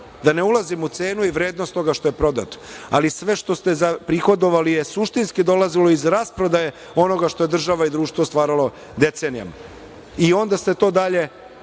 Da ne ulazim u cenu i vrednost toga što je prodato. Ali sve što ste prihodovali je suštinski dolazilo iz rasprodaje onoga što je država i društvo stvaralo decenijama i onda ste to dalje